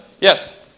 Yes